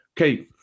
okay